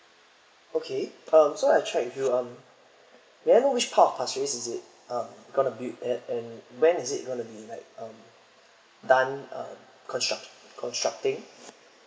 okay um so I check with you um may I know which part is it uh gonna built in in when is it gonna be like um done uh construct constructing